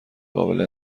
قابل